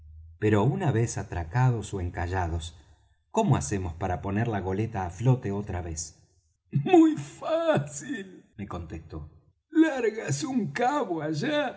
pero una vez atracados ó encallados cómo hacemos para poner la goleta á flote otra vez muy fácil me contestó largas un cabo allá